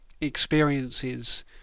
experiences